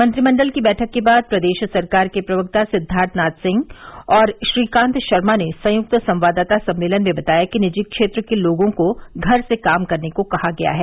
मंत्रिमंडल की बैठक के बाद प्रदेश सरकार के प्रवक्ता सिद्दार्थनाथ सिंह और श्रीकांत शर्मा ने संयुक्त संवाददाता सम्मेलन में बताया कि निजी क्षेत्र के लोगों को घर से काम करने को कहा गया है